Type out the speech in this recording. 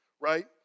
right